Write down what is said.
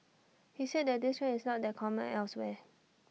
he said that this trend is not that common elsewhere